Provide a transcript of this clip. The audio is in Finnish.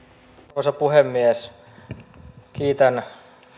arvoisa puhemies kiitän